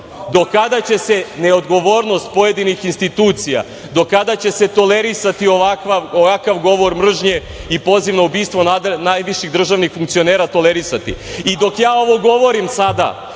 Do kada će se neodgovornost pojedinih institucija, do kada će se tolerisati ovakav govor mržnje i poziv na ubistvo najviših državnih funkcionera tolerisati? Dok ja ovo govorim sada,